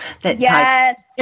Yes